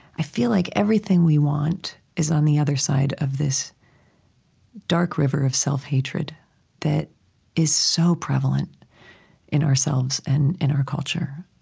i feel like everything we want is on the other side of this dark river of self-hatred that is so prevalent in ourselves and in our culture.